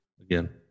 again